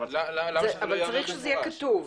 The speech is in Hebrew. אבל צריך שזה יהיה כתוב.